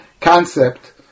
concept